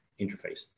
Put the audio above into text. interface